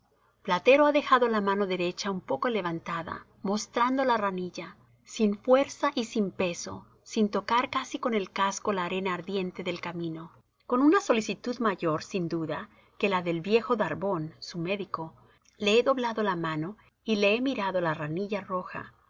platero ha dejado la mano derecha un poco levantada mostrando la ranilla sin fuerza y sin peso sin tocar casi con el casco la arena ardiente del camino con una solicitud mayor sin duda que la del viejo darbón su médico le he doblado la mano y le he mirado la ranilla roja